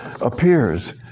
appears